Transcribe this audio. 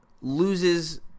loses